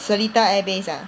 Seletar Airbase ah